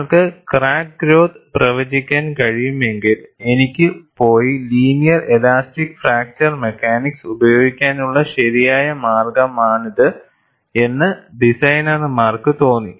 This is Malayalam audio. നിങ്ങൾക്ക് ക്രാക്ക് ഗ്രോത്ത് പ്രവചിക്കാൻ കഴിയുമെങ്കിൽ എനിക്ക് പോയി ലീനിയർ ഇലാസ്റ്റിക് ഫ്രാക്ചർ മെക്കാനിക്സ് ഉപയോഗിക്കാനുള്ള ശരിയായ മാർഗ്ഗമാണിത് എന്ന് ഡിസൈനർമാർക്ക് തോന്നി